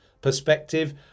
perspective